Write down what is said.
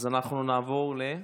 אז אנחנו נעבור, רגע,